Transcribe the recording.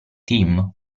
team